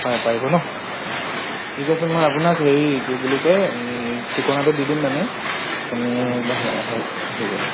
হয় পাৰিব ন ঠিক আছে মই আপোনাক হেৰি কি বুলি কয় ঠিকনাটো দি দিম মানে আপুনি আহে আহে আহিব